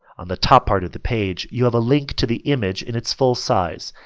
on the top part of the page you have a link to the image in it's full size